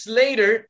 later